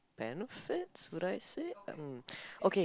benefits would I say um okay